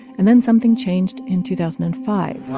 and then something changed in two thousand and five